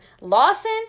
Lawson